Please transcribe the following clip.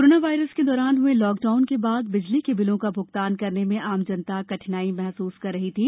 corona virus के दौरान हुए लॉकडाउन के बाद बिजली के बिलों का भुगतान करने में आम जनता कठिनाई महसूस कर रही थी